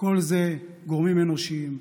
כל אלה גורמים אנושיים,